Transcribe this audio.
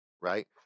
right